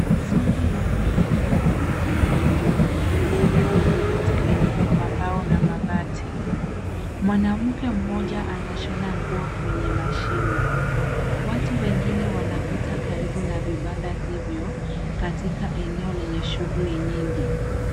Soko la wazi linaonekana likiwa na vibanda vilivyotengenezwa kwa mbao na mabati. Mwanamke mmoja anashona nguo kwenye mashine. Watu wengine wanapita karibu na vibanda hivyo katika eneo lenye shughuli nyingi.